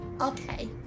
Okay